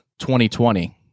2020